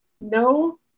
No